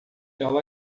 ele